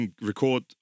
record